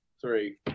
Three